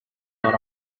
are